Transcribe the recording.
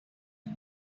and